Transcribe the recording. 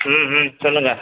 ம் ம் சொல்லுங்கள்